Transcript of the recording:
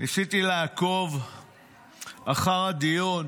ניסיתי לעקוב אחר הדיון